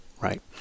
right